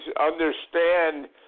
understand